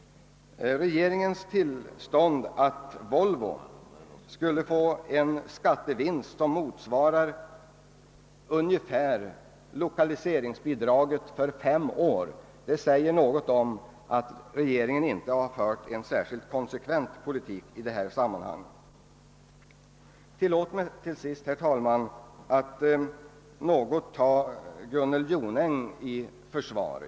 Regeringens tillstånd för Volvo att utnyttja en skattevinst som ungefär motsvarar lokaliseringsbidraget under fem år antyder att regeringen inte fört en särskilt konsekvent politik i detta sammanhang. Tillåt mig till sist, herr talman, att något försvara fru Jonäng.